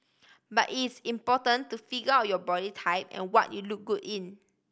but it's important to figure out your body type and what you look good in